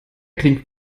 klingt